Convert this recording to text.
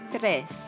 tres